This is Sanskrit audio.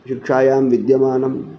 शिक्षायां विद्यमानं